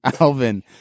Alvin